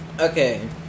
Okay